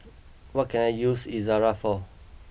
what can I use Ezerra for